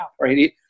right